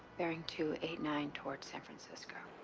baring two eight nine towards san francisco.